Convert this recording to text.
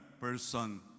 person